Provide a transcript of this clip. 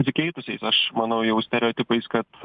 pasikeitusiais aš manau jau stereotipais kad